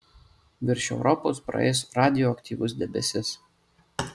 virš europos praeis radioaktyvus debesis